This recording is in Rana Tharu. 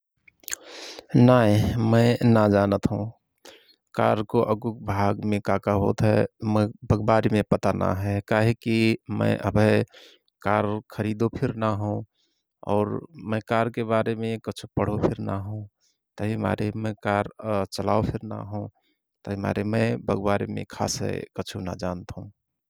नाय मय ना जानत हओं । कारको अग्गुक भागमे का–का होत हयं मय बक बारेमे पता ना हय । काहे कि मय अभय कार खरिदो फिर ना हओं । और मय कारके बारेमे कछु पढो फिर ना हओं । तहिमारे मय कार चलाओ फिर ना हओं तहिमारे बकबारेमे खासय कछु ना जान्त हओं ।